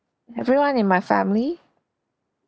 everyone in my family